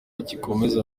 kizakomeza